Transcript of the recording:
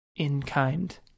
in-kind